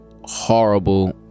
horrible